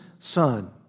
Son